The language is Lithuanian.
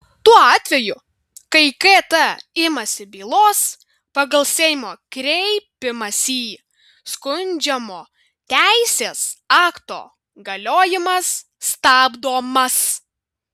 tuo atveju kai kt imasi bylos pagal seimo kreipimąsi skundžiamo teisės akto galiojimas stabdomas